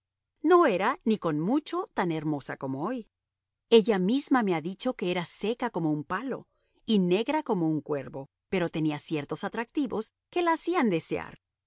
no era ni con mucho tan hermosa como hoy ella misma me ha dicho que era seca como un palo y negra como un cuervo pero tenía ciertos atractivos que la hacían desear